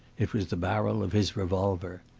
it was the barrel of his revolver.